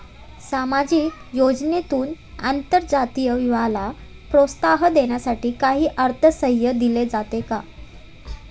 सामाजिक योजनेतून आंतरजातीय विवाहाला प्रोत्साहन देण्यासाठी काही अर्थसहाय्य दिले जाते का?